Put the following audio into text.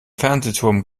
fernsehturm